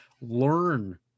learn